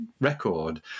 record